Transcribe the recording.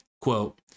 Quote